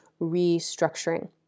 restructuring